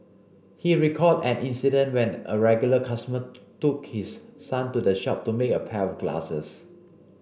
he recalled an incident when a regular customer took his son to the shop to make a pair of glasses